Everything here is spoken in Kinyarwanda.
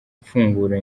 mfungura